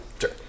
Sure